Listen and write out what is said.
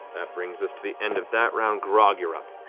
that brings us to the end of that round. grog, you're up.